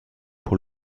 pour